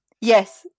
Yes